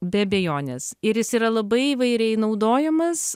be abejonės ir jis yra labai įvairiai naudojamas